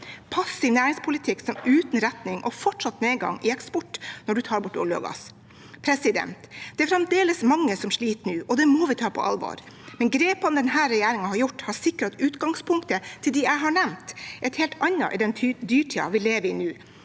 passiv næringspolitikk uten retning og en fortsatt nedgang i eksport når man tar bort olje og gass. Det er fremdeles mange som sliter, og det må vi ta på alvor. Grepene denne regjeringen har tatt, har sikret at utgangspunktet til disse jeg har nevnt, er et helt annet i den dyrtiden vi lever i nå.